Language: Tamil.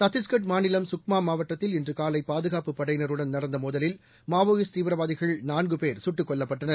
சத்திஷ்கர் மாநிலம் சுக்மாமாவட்டத்தில் இன்றுகாலைபாதுகாப்புப் படையினருடன் நடந்தமோதலில் மாவோயிஸ்ட் தீவிரவாதிகள் நான்குபேர் சுட்டுக் கொல்லப்பட்டனர்